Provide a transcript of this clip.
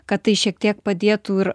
kad tai šiek tiek padėtų ir